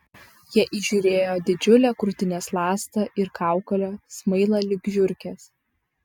jie įžiūrėjo didžiulę krūtinės ląstą ir kaukolę smailą lyg žiurkės